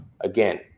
again